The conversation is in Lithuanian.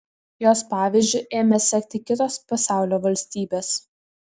jos pavyzdžiu ėmė sekti kitos pasaulio valstybės